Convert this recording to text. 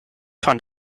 fand